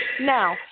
Now